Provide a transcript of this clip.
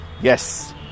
yes